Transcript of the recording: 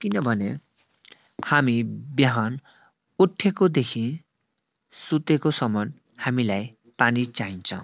किनभने हामी बिहान उठेकोदेखि सुतेकोसम्म हामीलाई पानी चाहिन्छ